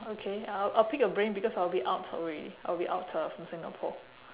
okay I'll I'll pick your brain because I'll be out already I'll be out uh from singapore